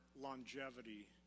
longevity